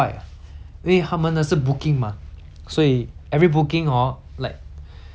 every booking hor like 不是一个不是一个客人 leh 是一个 group